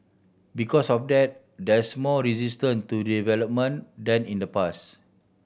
because of that there's more resistant to development than in the pass